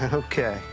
and okay.